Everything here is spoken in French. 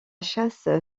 chasse